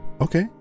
okay